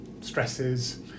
stresses